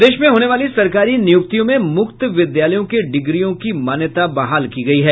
प्रदेश में होने वाली सरकारी निय्रक्तियों में मुक्त विद्यालयों के डिग्रियों की मान्यता बहाल की गयी है